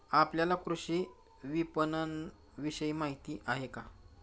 आपल्याला कृषी विपणनविषयी माहिती आहे का?